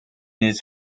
his